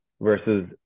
versus